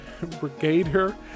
brigadier